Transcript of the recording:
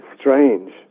strange